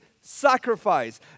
sacrifice